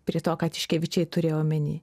prie to ką tiškevičiai turėjo omeny